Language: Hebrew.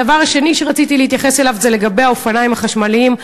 הדבר שני שרציתי להתייחס אליו הוא האופניים החשמליים.